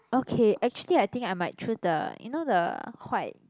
okay actually I think I might choose the you know the white